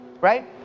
Right